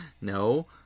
no